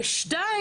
ולכן,